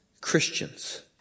Christians